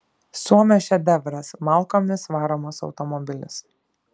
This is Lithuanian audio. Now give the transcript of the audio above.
suomio šedevras malkomis varomas automobilis